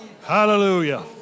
Hallelujah